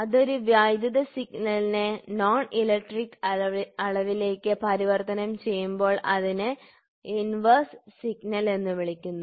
അത് ഒരു വൈദ്യുത സിഗ്നലിനെ നോൺ ഇലക്ട്രിക്കൽ അളവിലേക്ക് പരിവർത്തനം ചെയ്യുമ്പോൾ അതിനെ ഇൻവെർസ് സിഗ്നൽ എന്ന് വിളിക്കുന്നു